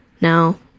no